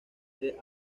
sudeste